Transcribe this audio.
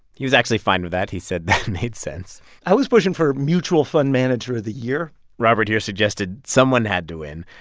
he was actually fine with that. he said that made sense i was pushing for mutual fund manager of the year robert here suggested, someone had to win.